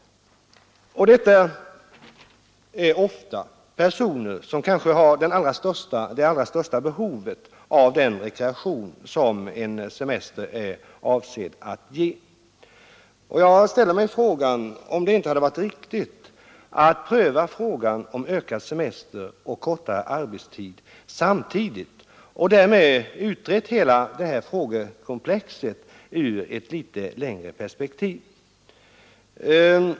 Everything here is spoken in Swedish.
Och det är ofta personer som har det största behovet av den rekreation som semestern är avsedd att ge. Hade det inte varit riktigt att pröva frågan om ökad semester och kortare arbetstid samtidigt och därmed utrett hela detta frågekomplex i ett litet längre perspektiv?